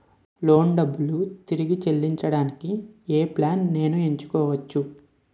Loan డబ్బులు తిరిగి చెల్లించటానికి ఏ ప్లాన్ నేను ఎంచుకోవచ్చు?